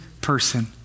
person